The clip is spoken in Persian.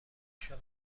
شما